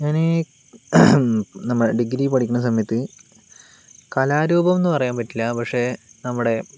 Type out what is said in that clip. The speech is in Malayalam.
ഞാൻ ഈ നമ്മുടെ ഡിഗ്രി പഠിക്കുന്ന സമയത്ത് കലാരൂപമെന്നു പറയാൻ പറ്റില്ല പക്ഷേ നമ്മുടെ